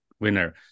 winner